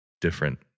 different